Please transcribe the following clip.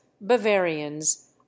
bavarians